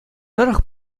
тӑрӑх